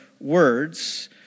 words